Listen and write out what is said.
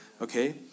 okay